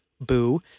boo